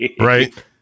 right